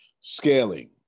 Scaling